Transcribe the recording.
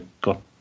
got